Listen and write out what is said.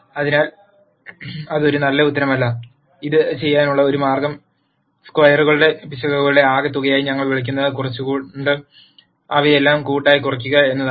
അതിനാൽ അത് ഒരു നല്ല ഉത്തരമല്ല ഇത് ചെയ്യാനുള്ള ഒരു മാർഗ്ഗം സ്ക്വയറുകളുടെ പിശകുകളുടെ ആകെത്തുകയായി ഞങ്ങൾ വിളിക്കുന്നത് കുറച്ചുകൊണ്ട് അവയെല്ലാം കൂട്ടായി കുറയ്ക്കുക എന്നതാണ്